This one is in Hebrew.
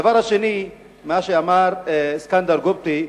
הדבר השני, מה שאמר סכנדר קובטי,